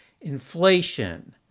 inflation